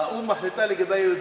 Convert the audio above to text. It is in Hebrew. האו"ם מחליט לגבי היהודים,